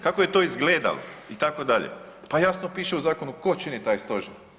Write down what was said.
Kako je to izgledalo itd., pa jasno piše u zakonu tko čini taj stožer.